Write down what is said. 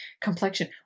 complexion